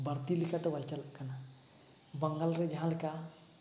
ᱵᱟᱹᱲᱛᱤ ᱞᱮᱠᱟᱫᱚ ᱵᱟᱝ ᱪᱟᱞᱟᱜ ᱠᱟᱱᱟ ᱵᱟᱝᱜᱟᱞᱨᱮ ᱡᱟᱦᱟᱸᱞᱮᱠᱟ